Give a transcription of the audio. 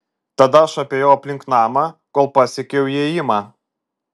tada aš apėjau aplink namą kol pasiekiau įėjimą